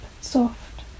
soft